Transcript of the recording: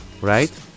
right